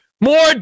more